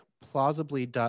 plausibly